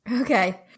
Okay